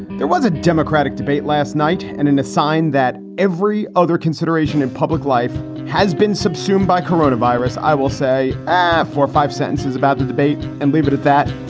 there was a democratic debate last night. and in a sign that every other consideration in public life has been subsumed by corona virus, i will say ah four or five sentences about the debate and leave it at that.